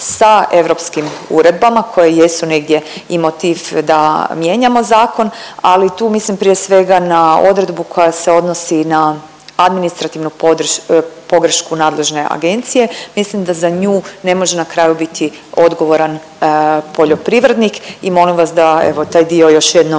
sa europskim uredbama koje jesu negdje i motiv da mijenjamo zakon, ali tu mislim prije svega na odredbu koja se odnosi na administrativnu podrš… pogrešku nadležne agencije, mislim da za nju ne može na kraju biti odgovoran poljoprivrednik i molim vas da evo taj dio još jednom